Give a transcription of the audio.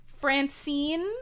Francine